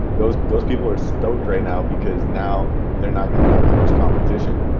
those those people are stoked right now because now they're not going to have as much competition.